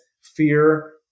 fear